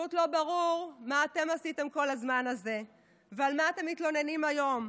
פשוט לא ברור מה אתם עשיתם כל הזמן הזה ועל מה אתם מתלוננים היום.